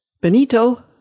Benito